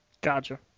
Gotcha